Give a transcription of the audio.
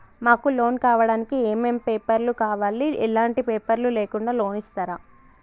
మాకు లోన్ కావడానికి ఏమేం పేపర్లు కావాలి ఎలాంటి పేపర్లు లేకుండా లోన్ ఇస్తరా?